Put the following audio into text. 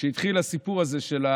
כשהתחיל הסיפור הזה,